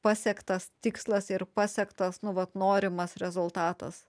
pasiektas tikslas ir pasiektas nu vat norimas rezultatas